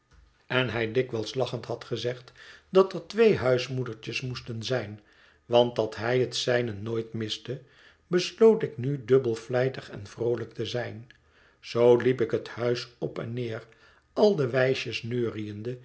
en hij dikwijls lachend liad gezegd dat er twee huismoedertjes moesten zijn want dat hij het zijne nooit miste besloot ik nu dubbel vlijtig en vroolijk te zijn zoo liep ik het huis op en neer al de wijsjes neuriënde